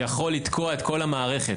יכול לתקוע את כל המערכת.